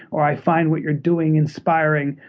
or i find what you're doing inspiring,